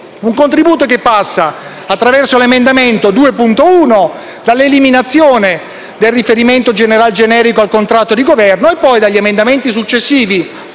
un contributo che passa, attraverso l'emendamento 2.1, dall'eliminazione del riferimento general-generico al contratto di Governo e poi, attraverso gli emendamenti successivi